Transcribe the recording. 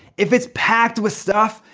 if it's packed with stuff,